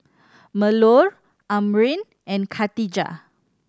Melur Amrin and Khatijah